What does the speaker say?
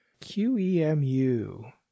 QEMU